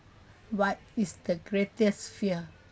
what is the greatest fear